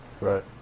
right